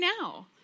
now